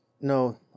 no